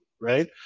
right